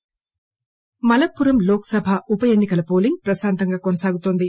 కాగా మలప్పురం లోక్ సభ ఉప ఎన్ని కల పోలింగ్ ప్రశాంతంగా సాగుతోంది